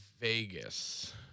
Vegas